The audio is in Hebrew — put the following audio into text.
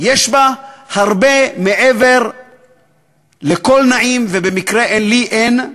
יש בה הרבה מעבר לקול נעים, ובמקרה לי אין,